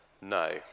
no